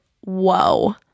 whoa